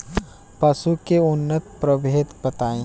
पशु के उन्नत प्रभेद बताई?